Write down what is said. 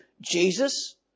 Jesus